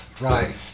Right